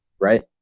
right?